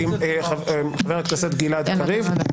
בבקשה.